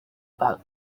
about